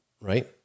right